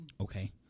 Okay